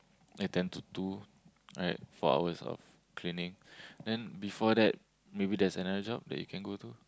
ten to two four hours of cleaning then before that maybe there's another job that you can go to